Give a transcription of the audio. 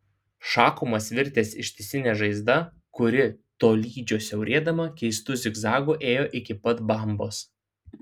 šakumas virtęs ištisine žaizda kuri tolydžio siaurėdama keistu zigzagu ėjo iki pat bambos